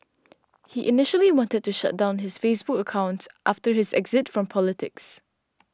he initially wanted to shut down his Facebook accounts after his exit from politics